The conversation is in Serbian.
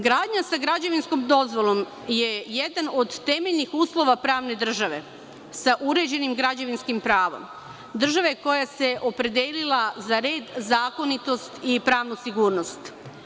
Gradnja sa građevinskom dozvolom je jedan od temeljnih uslova pravne države sa uređenim građevinskim pravom, države koja se opredelila za red, zakonitost i pravnu sigurnost.